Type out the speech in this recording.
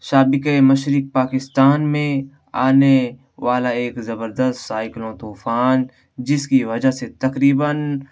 سابقہ مشرک پاکستان میں آنے والا ایک زبردست سائیکلون طوفان جس کی وجہ سے تقریباً